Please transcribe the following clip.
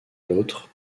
l’autre